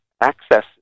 access